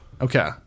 Okay